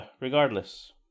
regardless